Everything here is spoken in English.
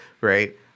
right